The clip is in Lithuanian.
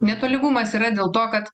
netolygumas yra dėl to kad